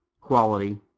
quality